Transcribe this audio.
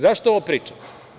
Zašto ovo pričam?